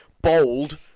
bold